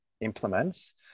implements